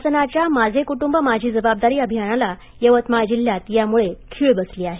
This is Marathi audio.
शासनाच्या माझे कुटुंब माझी जबाबदारी अभियानाला यवतमाळ जिल्ह्यात खीळ बसली आहे